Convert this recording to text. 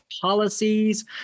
policies